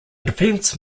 defense